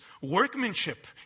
workmanship